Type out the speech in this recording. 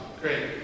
Great